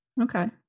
Okay